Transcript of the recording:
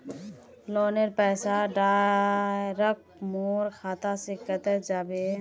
लोनेर पैसा डायरक मोर खाता से कते जाबे?